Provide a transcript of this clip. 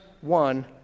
one